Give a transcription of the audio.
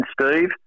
Steve